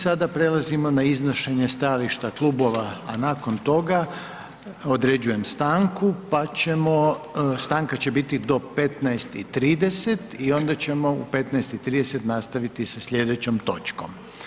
I sada prelazimo na iznošenje stajališta klubova, a nakon toga određujem stanku, stanka će biti do 15,30 i onda ćemo u 15,30 nastaviti sa sljedećom točkom.